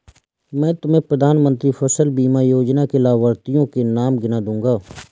मैं तुम्हें प्रधानमंत्री फसल बीमा योजना के लाभार्थियों के नाम गिना दूँगा